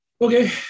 Okay